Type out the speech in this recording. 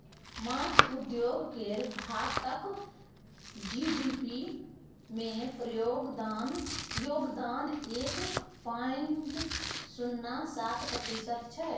माछ उद्योग केर भारतक जी.डी.पी मे योगदान एक पॉइंट शुन्ना सात प्रतिशत छै